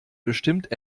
bestimmt